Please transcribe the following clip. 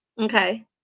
okay